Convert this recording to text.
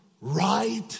right